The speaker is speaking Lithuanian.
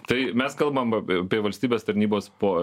tai mes kalbam apie valstybės tarnybos po